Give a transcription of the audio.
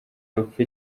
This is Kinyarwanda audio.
rupfa